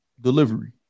delivery